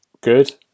Good